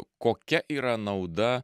kokia yra nauda